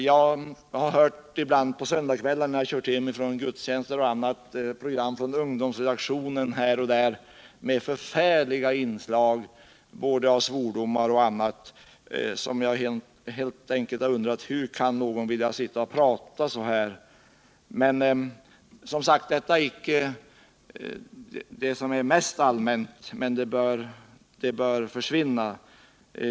Jag har ibland på söndagskvällarna, då jag kört hem från gudstjänsten, lyssnat på program från ungdomsredaktionerna än här och än där och då fått höra förfärliga inslag av svordomar och annat. Jag har då undrat: Hur kan någon vilja sitta och prata så där? Men, som sagt, detta är icke det mest allmänt förekommande; det bör emellertid försvinna.